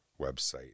website